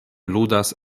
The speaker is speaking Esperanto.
ludas